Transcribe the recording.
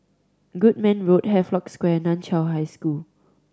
Goodman Road Havelock Square and Nan Chiau High School